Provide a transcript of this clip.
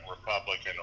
Republican